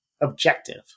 objective